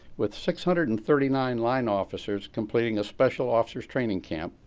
with six hundred and thirty nine line officers completing a special officers' training camp,